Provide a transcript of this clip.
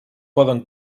poden